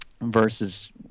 versus